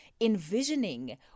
envisioning